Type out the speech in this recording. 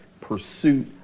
pursuit